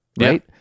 Right